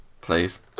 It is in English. please